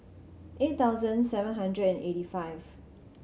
eight thousand seven hundred and eighty five